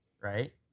right